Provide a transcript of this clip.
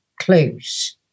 clues